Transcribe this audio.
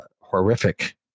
horrific